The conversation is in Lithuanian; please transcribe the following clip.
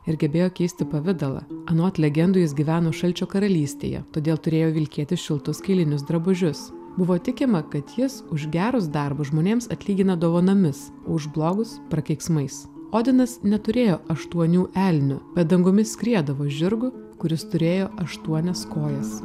ir gebėjo keisti pavidalą anot legendų jis gyveno šalčio karalystėje todėl turėjo vilkėti šiltus kailinius drabužius buvo tikima kad jis už gerus darbus žmonėms atlygina dovanomis o už blogus prakeiksmais odinas neturėjo aštuonių elnių bet dangumi skriedavo žirgu kuris turėjo aštuonias kojas